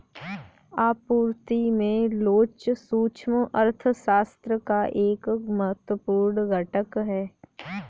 आपूर्ति में लोच सूक्ष्म अर्थशास्त्र का एक महत्वपूर्ण घटक है